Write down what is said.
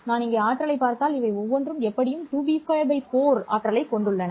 நான் இங்கே ஆற்றலைப் பார்த்தால் இவை ஒவ்வொன்றும் எப்படியும் 2b2 4 ஆற்றலைக் கொண்டுள்ளன